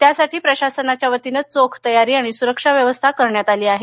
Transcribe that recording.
त्यासाठी प्रशासनाच्या वतीन चोख तयारी आणि सुरक्षा व्यवस्था करण्यात आली आहे